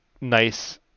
nice